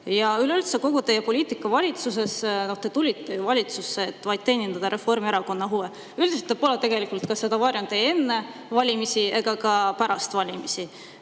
Ja üleüldse kogu teie poliitika valitsuses – te tulite ju valitsusse, et vaid teenindada Reformierakonna huve. Üldiselt te pole seda ka varjanud ei enne valimisi ega pärast valimisi.